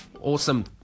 Awesome